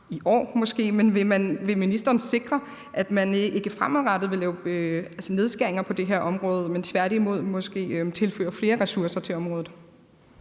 man måske ikke vil spare på det i år – at man ikke fremadrettet vil lave nedskæringer på det her område, men tværtimod måske tilføre flere ressourcer til området?